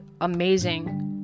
amazing